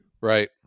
Right